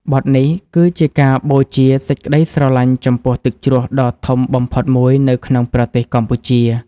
បទនេះគឺជាការបូជាសេចក្ដីស្រឡាញ់ចំពោះទឹកជ្រោះដ៏ធំបំផុតមួយនៅក្នុងប្រទេសកម្ពុជា។